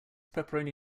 pepperoni